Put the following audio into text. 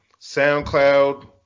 SoundCloud